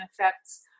affects